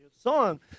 song